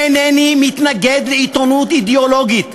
אינני מתנגד לעיתונות אידיאולוגית.